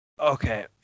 Okay